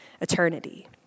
eternity